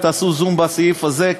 ותעשו זום בסעיף הזה,